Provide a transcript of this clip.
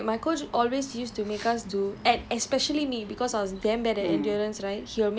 oh my god I I don't know why coaches like to do that actually so my my